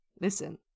Listen